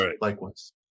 Likewise